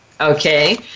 Okay